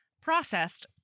processed